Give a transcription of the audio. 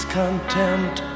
contempt